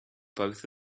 both